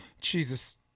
Jesus